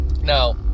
Now